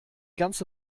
ganze